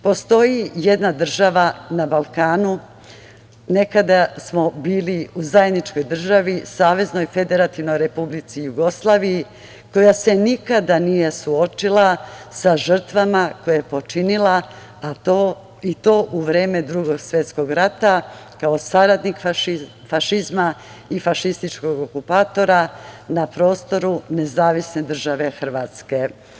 Postoji jedna država na Balkanu, nekada smo bili u zajedničkoj državi, Saveznoj Federativnoj Republici Jugoslaviji, koja se nikada nije suočila sa žrtvama koje je počinila, i to u vreme Drugog svetskog rata, kao saradnik fašizma i fašističkog okupatora na prostoru Nezavisne Države Hrvatske.